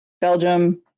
Belgium